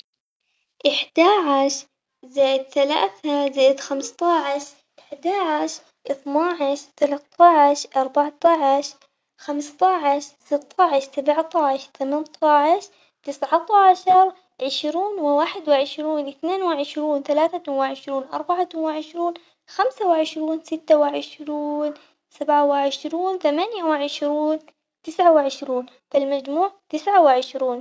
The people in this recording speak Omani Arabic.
أحد عشر زائد ثلاثة زائد خمسة عشر، أحد عشر اثنا عشر ثلاثة عشر أربعة عشر خمسة عشر، ستة عشر سبعة عشر ثمانية عشر تسعة عشر، عشرون وواحد وعشرون اثنين وعشرون ثلاثة وعشرون أربعة وعشرون خمسة وعشرون ستة وعشرون سبعة وعشرون ثمانية وعشرون تسعة وعشرون فالمجموع تسعة وعشرون.